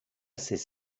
assez